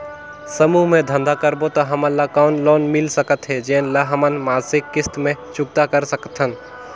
समूह मे धंधा करबो त हमन ल कौन लोन मिल सकत हे, जेन ल हमन मासिक किस्त मे चुकता कर सकथन?